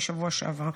בשבוע שעבר.